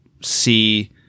see